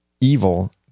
evil